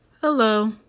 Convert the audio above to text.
Hello